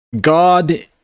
God